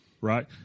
right